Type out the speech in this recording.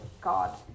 God